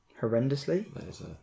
Horrendously